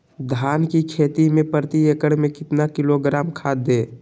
धान की खेती में प्रति एकड़ में कितना किलोग्राम खाद दे?